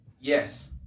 Yes